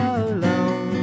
alone